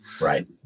Right